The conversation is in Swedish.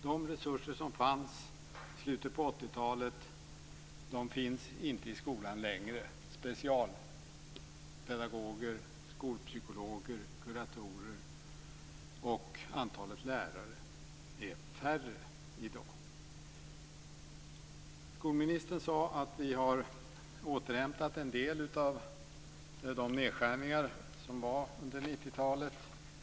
De resurser som fanns i slutet av 80-talet finns inte i skolan längre. Det handlar om specialpedagoger, skolpsykologer och kuratorer. Dessutom är antalet lärare mindre i dag. Skolministern sade att vi har återhämtat en del av de nedskärningar som gjordes under 90-talet.